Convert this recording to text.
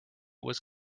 was